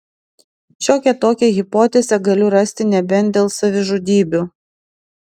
šiokią tokią hipotezę galiu rasti nebent dėl savižudybių